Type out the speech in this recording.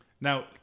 Now